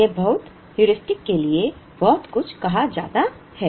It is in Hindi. यह बहुत हेयुरिस्टिक के लिए बहुत कुछ कहा जाता है